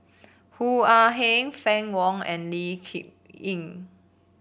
Hoo Ah Kay Fann Wong and Lee Kip Lin